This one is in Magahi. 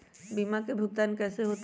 बीमा के भुगतान कैसे होतइ?